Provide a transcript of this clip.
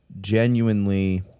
genuinely